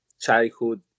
childhood